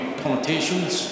connotations